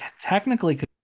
technically